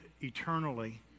eternally